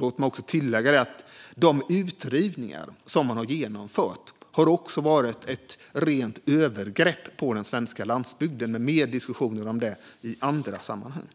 Låt mig tillägga att de utrivningar som man har genomfört har varit ett rent övergrepp på den svenska landsbygden. Men det blir mer diskussioner om det i andra sammanhang.